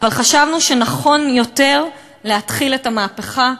אבל חשבנו שנכון יותר להתחיל את המהפכה,